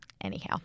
anyhow